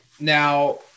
Now